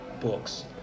books